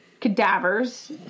cadavers